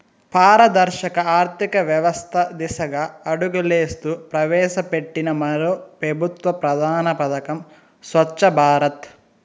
పారదర్శక ఆర్థికవ్యవస్త దిశగా అడుగులేస్తూ ప్రవేశపెట్టిన మరో పెబుత్వ ప్రధాన పదకం స్వచ్ఛ భారత్